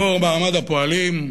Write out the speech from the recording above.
גיבור מעמד הפועלים.